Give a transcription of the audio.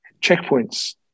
checkpoints